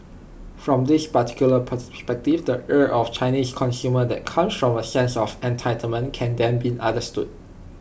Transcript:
from this particular perspective the ire of Chinese consumers that come from A sense of entitlement can then be understood